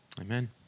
Amen